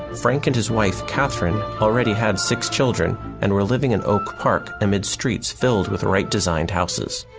frank and his wife, catherine, already had six children and were living in oak park amid streets filled with wright designed houses.